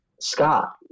Scott